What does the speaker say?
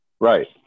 Right